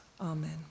Amen